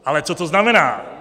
Ale co to znamená?